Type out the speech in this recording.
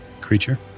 creature